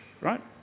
Right